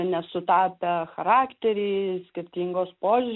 nesutapę charakteriai skirtingos pož